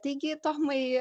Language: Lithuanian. taigi tomai